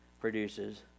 produces